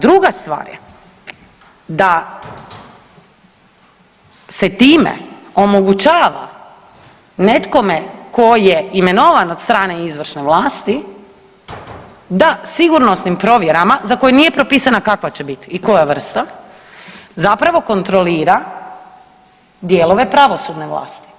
Druga stvar je da se time omogućava nekome tko je imenovan od strane izvršne vlasti da sigurnosnim provjerama za koju nije propisano kakva će bit i koja vrsta zapravo kontrolira dijelove pravosudne vlasti.